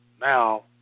Now